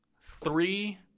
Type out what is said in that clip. three